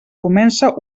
comença